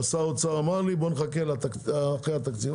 שר האוצר אמר לי: נחכה אחרי התקציב.